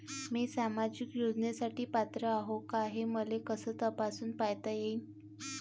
मी सामाजिक योजनेसाठी पात्र आहो का, हे मले कस तपासून पायता येईन?